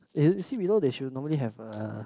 if you see below the shoe normally have a